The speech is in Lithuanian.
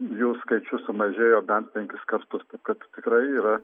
jų skaičius sumažėjo bent penkis kartus kad tikrai yra